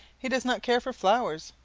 he does not care for flowers,